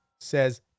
says